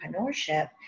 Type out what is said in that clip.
entrepreneurship